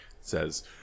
says